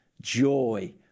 joy